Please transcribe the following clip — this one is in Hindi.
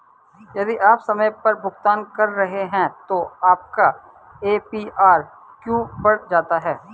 यदि आप समय पर भुगतान कर रहे हैं तो आपका ए.पी.आर क्यों बढ़ जाता है?